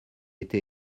été